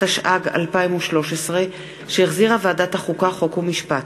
התשע"ג 2013, שהחזירה ועדת החוקה, חוק ומשפט.